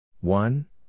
One